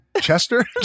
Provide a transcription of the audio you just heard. chester